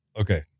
Okay